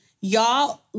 y'all